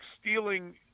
stealing